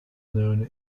known